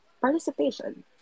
participation